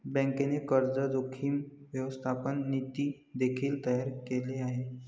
बँकेने कर्ज जोखीम व्यवस्थापन नीती देखील तयार केले आहे